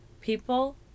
People